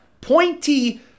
Pointy